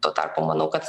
tuo tarpu manau kad